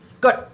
Good